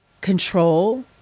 control